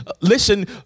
listen